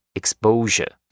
exposure